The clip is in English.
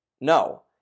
No